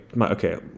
okay